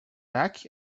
back